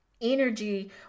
energy